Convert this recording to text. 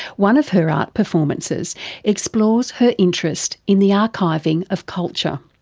one of her art performances explores her interest in the archiving of culture.